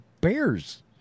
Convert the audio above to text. Bears